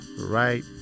right